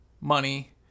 money